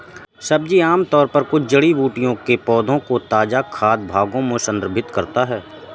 सब्जी आमतौर पर कुछ जड़ी बूटियों के पौधों के ताजा खाद्य भागों को संदर्भित करता है